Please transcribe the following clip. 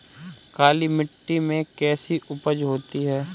काली मिट्टी में कैसी उपज होती है?